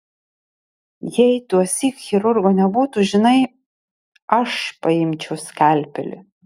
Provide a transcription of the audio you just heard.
jei tuosyk chirurgo nebūtų žinai aš paimčiau skalpelį